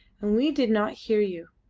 and we did not hear you.